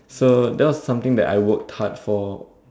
so that was something that I worked hard for